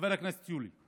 חבר הכנסת יולי.